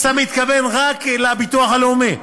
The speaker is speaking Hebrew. אז אתה מתכוון רק לביטוח הלאומי?